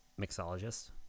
mixologist